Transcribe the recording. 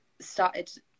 started